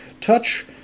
touch